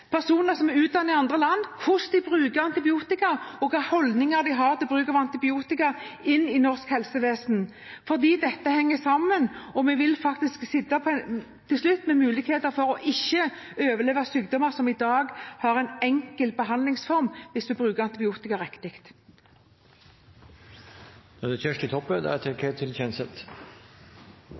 personer som er utdannet i andre land, om hvordan de bruker antibiotika, og hva slags holdninger de har til bruk av antibiotika i norsk helsevesen. Dette henger sammen, og vi vil faktisk til slutt sitte med risikoen for ikke å overleve sykdommer som i dag har en enkel behandlingsform hvis vi bruker antibiotika riktig.